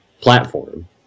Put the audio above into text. platform